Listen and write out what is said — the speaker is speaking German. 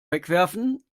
wegwerfen